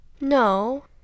No